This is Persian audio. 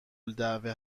الدعوه